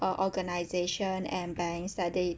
uh organisation and banks like they